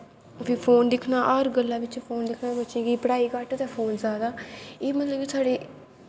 phone दिक्खनां हर गल्लै बिच्च फोन दिक्खनां बच्चें गी पढ़ाई घट्ट ते फोन जादा एह् मतलव के साढ़े